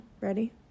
Ready